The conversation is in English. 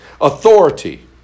authority